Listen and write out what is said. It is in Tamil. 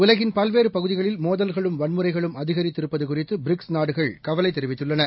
உலகின் பல்வேறு பகுதிகளில் மோதல்களும் வன்முறைகளும் அதிகரித்திருப்பது குறித்து பிரிக்ஸ் நாடுகள் கவலை தெரிவித்துள்ளன